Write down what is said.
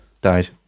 Died